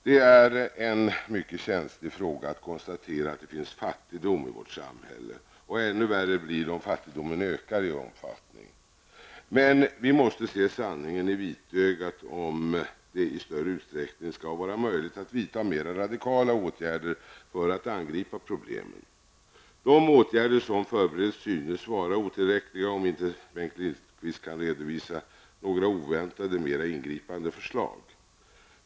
Det är en mycket känslig fråga att konstatera att det finns fattigdom i vårt samhälle. Ännu värre blir det om fattigdomen ökar i omfattning. Men vi måste se sanningen i vitögat om det i större utsträckning skall vara möjligt att vidta mera radikala åtgärder för att angripa problemen. De åtgärder som förbereds synes vara otillräckliga, om inte Bengt Lindqvist kan redovisa några oväntade mer ingripande förslag.